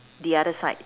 the other side